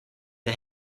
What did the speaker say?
the